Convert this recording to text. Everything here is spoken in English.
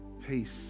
peace